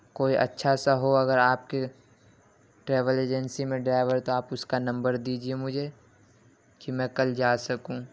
کوئی اچھا سا ہو اگر آپ کے ٹریول ایجنسی میں ڈرائیور تو آپ اس کا نمبر دیجیے مجھے کہ کل میں جا سکوں